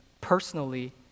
personally